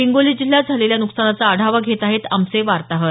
हिंगोली जिल्ह्यात झालेल्या नुकसानाचा आढावा घेत आहेत आमचे वार्ताहर